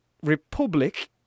republic